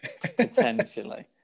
Potentially